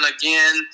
again